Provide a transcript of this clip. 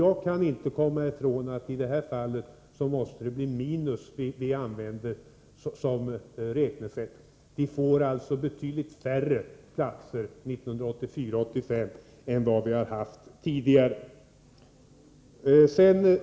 Jag kan inte komma ifrån att det räknesätt som vi får använda i det här fallet är minus. Budgetåret 1984/85 får vi alltså betydligt färre platser än vi tidigare haft.